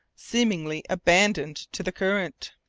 seemingly abandoned to the current.